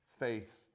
faith